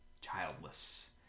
childless